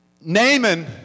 Naaman